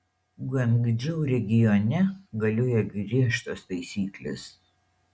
guangdžou regione galioja griežtos taisyklės